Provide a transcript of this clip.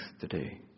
today